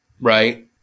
right